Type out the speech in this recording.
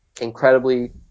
incredibly